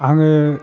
आङो